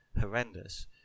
horrendous